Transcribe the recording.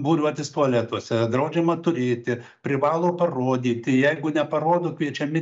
būriuotis tualetuose draudžiama turėti privalo parodyti jeigu neparodo kviečiami